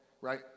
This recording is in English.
right